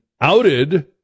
outed